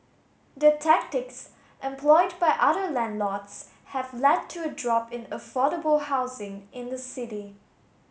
the tactics employed by other landlords have led to a drop in affordable housing in the city